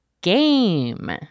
GAME